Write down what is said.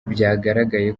byagaragaye